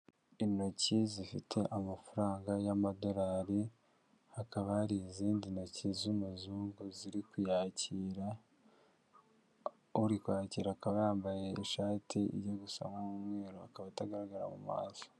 Intoki zifite amafaranga y'amadolari hakaba hari izindi ntoki z'umuzungu ziri kuyakira uri kwakira akaba yambaye ishati ijya gusa n'umweruru akaba atagaragara mu maso.